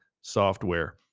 software